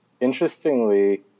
Interestingly